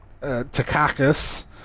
Takakis